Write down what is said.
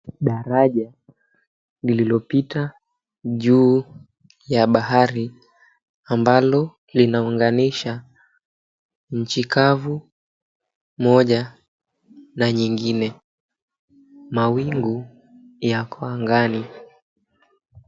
Daraja lililopita juu ya bahari. Ambalo linaunganisha nchi kavu moja na nyingine. Mawingu yako angani.